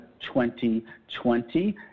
2020